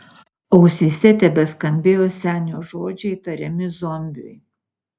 ausyse tebeskambėjo senio žodžiai tariami zombiui